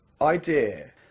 idea